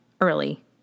early